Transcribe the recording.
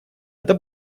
это